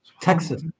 Texas